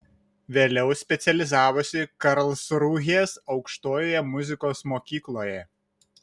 vėliau specializavosi karlsrūhės aukštojoje muzikos mokykloje